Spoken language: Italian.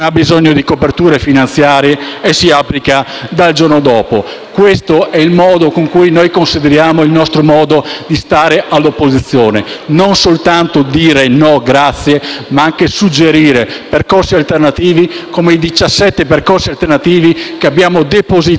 e si applica dal giorno dopo. Questo è il modo in cui riteniamo di stare all'opposizione: non soltanto dicendo «no, grazie», ma anche suggerendo percorsi alternativi, come i 17 percorsi alternativi che abbiamo depositato